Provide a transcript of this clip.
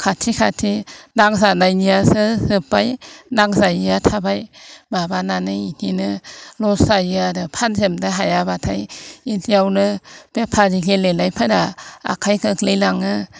खाथि खाथि नांजानायनियासो जोब्बाय नांजायैया थाबाय माबानानै बिदिनो लस जायो आरो फानजोबनो हायाबाथाय बिदियावनो बेफारि गेलेनायफोरा आखाइ खोख्ललाङो